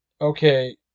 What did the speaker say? Okay